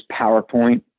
PowerPoint